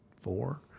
four